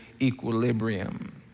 equilibrium